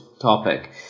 topic